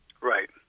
Right